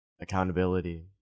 accountability